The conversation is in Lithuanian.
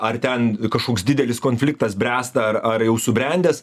ar ten kažkoks didelis konfliktas bręsta ar ar jau subrendęs